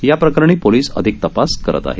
या प्रकरणी पोलीस अधिक तपास करत आहेत